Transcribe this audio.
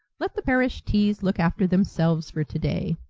let the parish teas look after themselves for today.